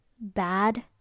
bad